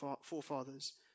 forefathers